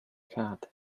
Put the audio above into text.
cat